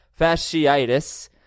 Fasciitis